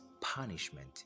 punishment